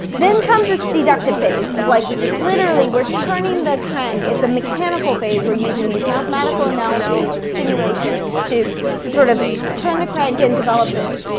then comes this deductive phase of like literally we're turning the crank. it's a mechanical phase. we're using these mathematical analyses and simulations to to sort of turn the crank and develop this.